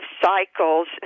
cycles